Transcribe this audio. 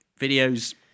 videos